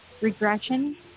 regression